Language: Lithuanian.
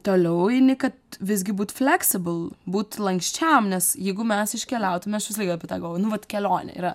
toliau eini kad visgi būt fleksibl būt lanksčiam nes jeigu mes iškeliautume aš visąlaik apie tą gavo nu vat kelionė yra